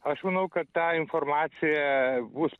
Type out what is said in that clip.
aš manau kad ta informacija bus